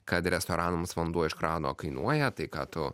kad restoranams vanduo iš krano kainuoja tai ką tu